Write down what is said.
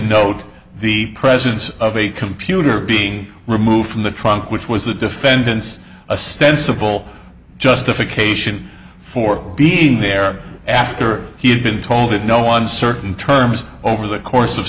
note the presence of a computer being removed from the trunk which was the defendant's a sensible justification for being there after he had been told that no one certain terms over the course of